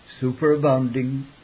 Superabounding